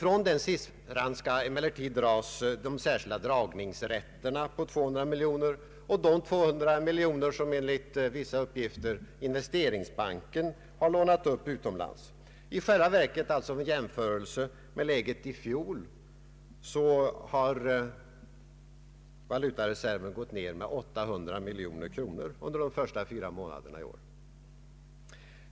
Från den siffran skall emellertid dras dels de särskilda dragningsrätterna på 200 miljoner och dels de 200 miljoner som enligt vissa uppgifter Investeringsbanken har lånat upp utomlands. I själva verket har alltså vid jämförelse med läget i fjol valutareserven gått ned med 800 miljoner kronor under de första fyra månaderna i år.